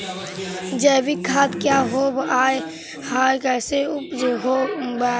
जैविक खाद क्या होब हाय कैसे उपज हो ब्हाय?